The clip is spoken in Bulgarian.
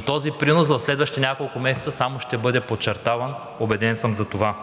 че този принос в следващите няколко месеца само ще бъде подчертаван. Тези дълго